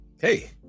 Hey